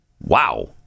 Wow